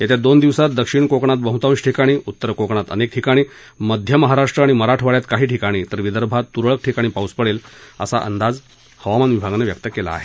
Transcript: येत्या दोन दिवसात दक्षिण कोकणात बह्तांश ठिकाणी उत्तर कोकणात अनेक ठिकाणी मध्य महाराष्ट्र आणि मराठवाड्यात काही ठिकाणी तर विदर्भात त्रळक ठिकाणी पाऊस पडेल असा अंदाज हवामान विभागानं व्यक्त केला आहे